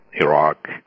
Iraq